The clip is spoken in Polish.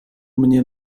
mnie